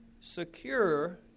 secure